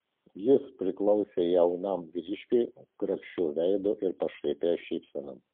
jis priklausė jaunam vyriškiui grakščiu veidu ir pašaipia šypsena